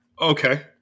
Okay